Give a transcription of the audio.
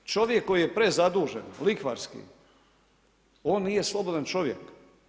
Čovjek koji je prezadužen lihvarski on nije slobodan čovjek.